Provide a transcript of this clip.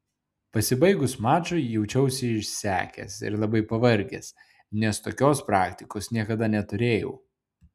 pasibaigus mačui jaučiausi išsekęs ir labai pavargęs nes tokios praktikos niekada neturėjau